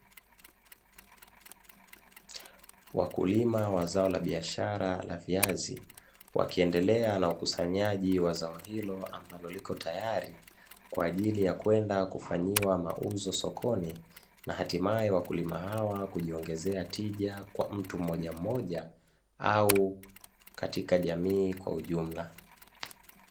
wakulima wa zao la biashara la viazi wakiendelea na ukusanyaji wa zao hilo ambalo lipo tayari, kwa ajili ya kwenda kufanyiwa mauzo sokoni na hatimae wakulima hawa kujiongezea tija kwa mtu mmoja mmoja au katika jamii kwa ujumla.